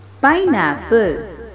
pineapple